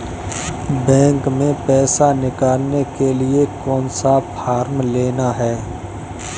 Bank में पैसा निकालने के लिए कौन सा फॉर्म लेना है?